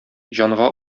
җанга